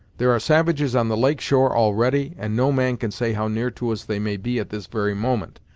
there are savages on the lake shore already, and no man can say how near to us they may be at this very moment,